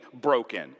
broken